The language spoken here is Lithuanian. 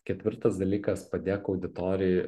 ketvirtas dalykas padėk auditorijai